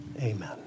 Amen